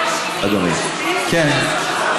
אדוני, כן.